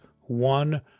one